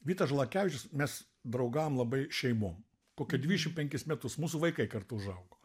vytas žalakevičius mes draugavom labai šeimom kokia dvidešim penkis metus mūsų vaikai kartu užaugo